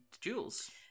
Jules